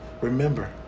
remember